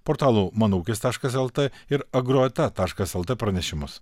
portalo mano ūkis taškas lt ir agroeta taškas lt pranešimus